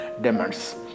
demons